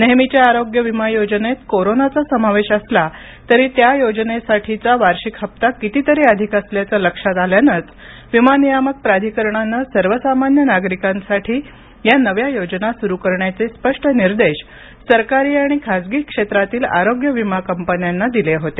नेहमीच्या आरोग्य विमा योजनेत कोरोनाचा समावेश असला तरी त्या योजनेसाठीचा वार्षिक हप्ता कितीतरी अधिक असल्याचं लक्षात आल्यानेच विमा नियामक प्राधिकरणाने सर्वसामान्य नागरिकांसाठी या नव्या योजना सुरु करण्याचे स्पष्ट निर्देश सरकारी आणि खासगी क्षेत्रातील आरोग्य विमा कंपन्यांना दिले होते